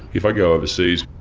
if i go overseas,